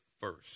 first